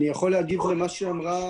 אני מבקש להגיב על מה שהיא אמרה.